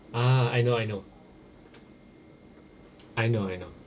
ah I know I know I know I know